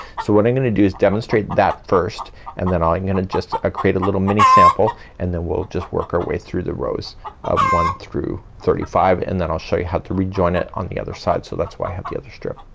so what i'm gonna do is demonstrate that first and then i'm gonna just ah create a little mini sample and then we'll just work our way through the rows one through thirty five and then i'll show you how to rejoin it on the other side. so that's why i have the other strip.